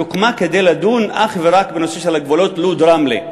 היא הוקמה כדי לדון אך ורק בנושא של הגבולות לוד רמלה.